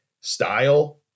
style